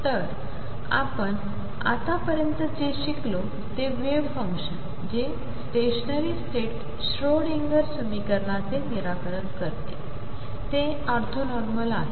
तर आपण आतापर्यंत जे शिकलो ते वेव्ह फंक्शन जे स्टेशनरी स्टेट श्रोडिंगर समीकरणाचे निराकरण करते ते ऑर्थोनॉर्मल आहेत